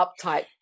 uptight